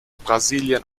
brasilien